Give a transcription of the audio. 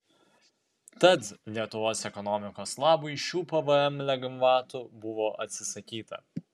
tad lietuvos ekonomikos labui šių pvm lengvatų buvo atsisakyta